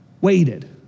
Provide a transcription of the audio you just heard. waited